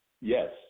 yes